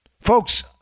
Folks